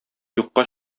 юкка